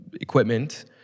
equipment